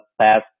past